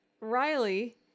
Riley